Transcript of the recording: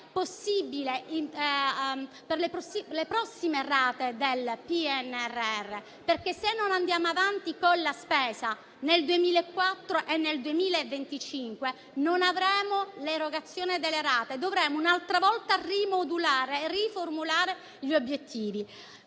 anche per le prossime rate del PNRR, perché se non andiamo avanti con la spesa nel 2004 e nel 2025, non avremo l'erogazione delle rate, dovremo un'altra volta rimodulare e riformulare gli obiettivi.